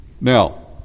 Now